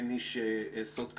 אין איש סוד כמוהו.